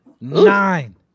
Nine